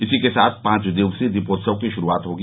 इसी के साथ पांच दिवसीय दीपोत्सव की शुरूआत होगी